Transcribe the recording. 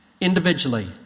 Individually